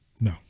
no